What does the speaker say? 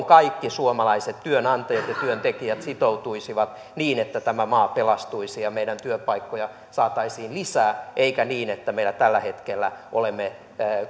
kaikki suomalaiset työnantajat ja työntekijät sitoutuisivat niin että tämä maa pelastuisi ja työpaikkoja saataisiin lisää eikä olisi niin kuin tällä hetkellä että meillä ollaan